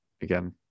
again